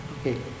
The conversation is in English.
Okay